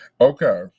okay